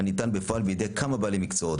הניתנים בפועל על ידי כמה בעלי מקצועות,